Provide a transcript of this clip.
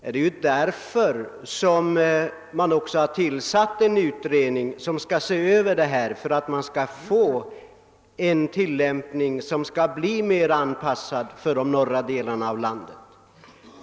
För det första har emellertid tillsatts en utredning som skall se över dessa saker; man hoppas därigenom kunna få fram en tillämpning mera anpassad till de norra delarna av landet.